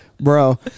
Bro